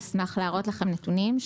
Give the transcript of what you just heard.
אשמח להראות לכם נתונים,